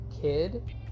kid